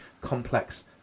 complex